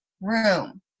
room